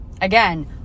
again